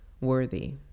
worthy